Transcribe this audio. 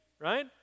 right